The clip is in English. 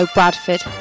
Bradford